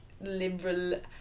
liberal